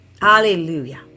Hallelujah